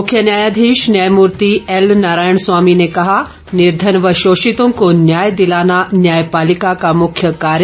मुख्य न्यायाधीश न्यायमूर्ति एल नारायण स्वामी ने कहा निर्धन व शोषितों को न्याय दिलाना न्यायपालिका का मख्य कार्य